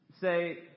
say